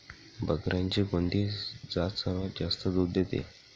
बकऱ्यांची कोणती जात सर्वात जास्त दूध देते?